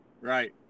right